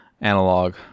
analog